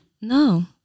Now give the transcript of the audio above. No